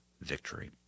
victory